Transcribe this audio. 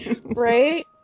Right